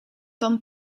dan